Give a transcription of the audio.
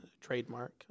trademark